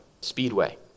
speedway